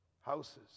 houses